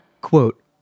Quote